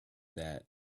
that